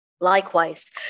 Likewise